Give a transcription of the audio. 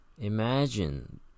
imagine